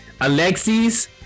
Alexis